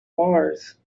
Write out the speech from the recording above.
mars